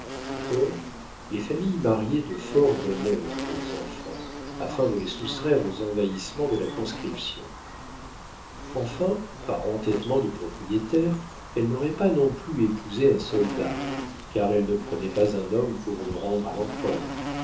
or les familles mariaient de fort bonne heure leurs enfants afin de les soustraire aux envahissements de la conscription enfin par entêtement de propriétaire elle n'aurait pas non plus épousé un soldat car elle ne prenait pas un homme pour le rendre à l'empereur